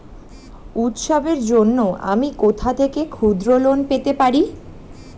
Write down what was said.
উৎসবের জন্য আমি কোথা থেকে ক্ষুদ্র লোন পেতে পারি?